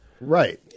Right